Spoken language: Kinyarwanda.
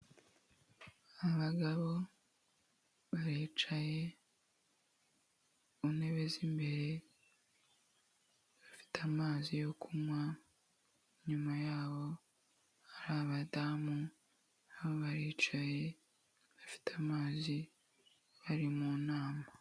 Abagabo baricaye mu ntebe z'imbere, bafite amazi yo kunywa, inyuma yabo hari abadamu na bo baricaye, bafite amazi bari mu nama.